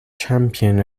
champion